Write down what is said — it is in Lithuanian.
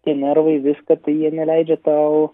tie nervai viską tai jie neleidžia tau